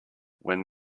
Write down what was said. when